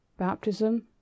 baptism